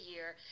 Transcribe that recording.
year